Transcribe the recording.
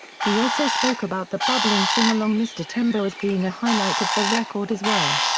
he also spoke about the bubbiling sing-along mr. tembo' as being a highlight of the record as well.